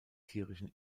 tierischen